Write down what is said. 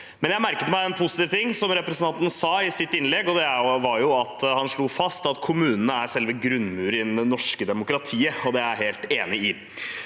Men jeg merket meg en positiv ting som representanten sa i sitt innlegg, og det var at han slo fast at kommunene er selve grunnmuren i det norske demokratiet – og det er jeg helt enig i.